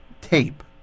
Tape